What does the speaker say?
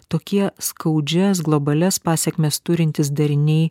tokie skaudžias globalias pasekmes turintys dariniai